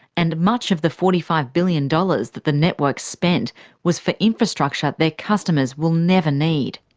and much of the forty five billion dollars the the networks spent was for infrastructure their customers will never need.